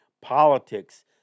politics